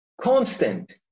Constant